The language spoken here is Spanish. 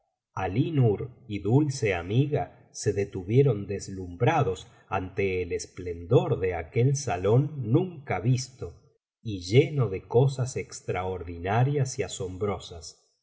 entrar alí nur y dulce amiga se detuvieron deslumhrados ante el esplendor de aquel salón nunca visto y lleno de cosas extraordinarias y asombrosas